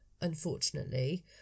Unfortunately